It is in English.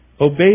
obey